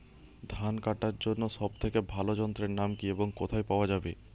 ধান কাটার জন্য সব থেকে ভালো যন্ত্রের নাম কি এবং কোথায় পাওয়া যাবে?